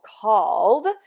called